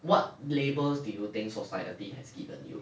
what labels do you think society has given you